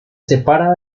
separa